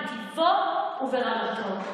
בטיבו וברמתו,